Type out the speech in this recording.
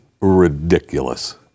ridiculous